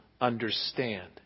understand